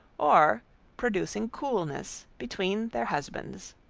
or producing coolness between their husbands.